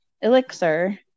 Elixir